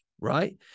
right